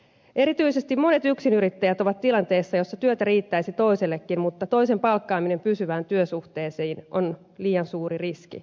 erityisesti monet yksinyrittäjät ovat tilanteessa jossa työtä riittäisi toisellekin mutta toisen palkkaaminen pysyvään työsuhteeseen on liian suuri riski